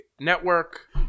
network